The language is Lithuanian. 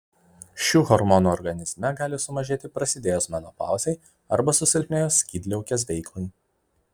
šių hormonų organizme gali sumažėti prasidėjus menopauzei arba susilpnėjus skydliaukės veiklai